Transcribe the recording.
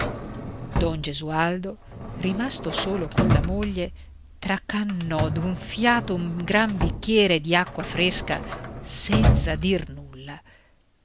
don gesualdo rimasto solo colla moglie tracannò di un fiato un gran bicchiere di acqua fresca senza dir nulla